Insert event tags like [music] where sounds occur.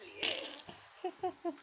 [noise] [laughs]